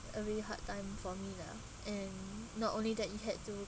a really hard time for me lah and not only that you had to